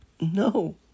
No